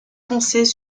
foncées